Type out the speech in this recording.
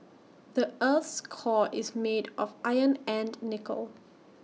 the Earth's core is made of iron and nickel